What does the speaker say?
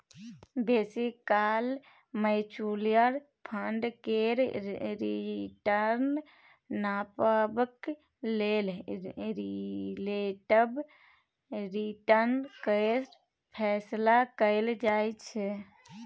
बेसी काल mutual fund केर रिटर्न नापबाक लेल रिलेटिब रिटर्न केर फैसला कएल जाइ छै